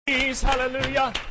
Hallelujah